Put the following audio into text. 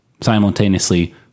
Simultaneously